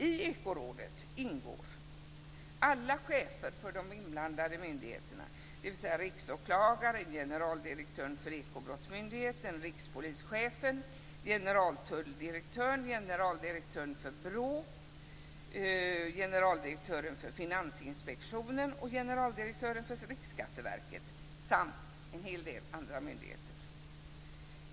I Ekorådet ingår alla chefer för de inblandade myndigheterna, dvs. Riksåklagaren, generaldirektören för Ekobrottsmyndigheten, rikspolischefen, generaltulldirektören, generaldirektören för BRÅ, generaldirektören för Finansinspektionen och generaldirektören för Riksskatteverket, samt en hel del andra myndigheter.